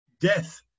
death